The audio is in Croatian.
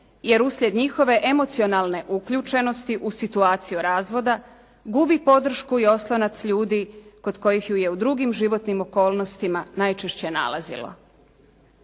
jer uslijed njihove emocionalne uključenosti u situaciju razvoda gubi podršku i oslonac ljudi kod kojih ju je u drugim životnim okolnostima najčešće nalazilo.